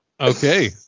Okay